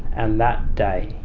and that day,